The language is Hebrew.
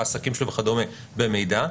בעסקים שלו וכדומה במידע,